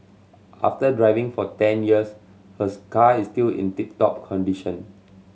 after driving for ten years hers car is still in tip top condition